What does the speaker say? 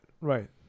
right